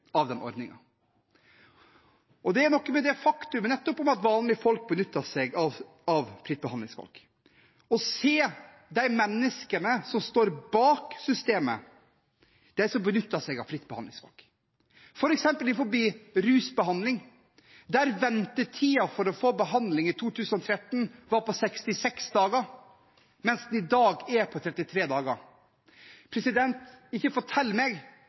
av den ordningen. Det er noe med det faktum at nettopp vanlige folk benytter seg av fritt behandlingsvalg – å se de menneskene som står bak systemet, de som benytter seg av fritt behandlingsvalg, f.eks. innenfor rusbehandling, der ventetiden for å få behandling i 2013 var på 66 dager, mens den i dag er på 33 dager. Ikke fortell meg